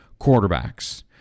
quarterbacks